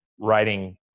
writing